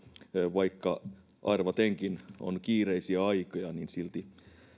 vaikka arvatenkin on kiireisiä aikoja niin silti